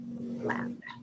land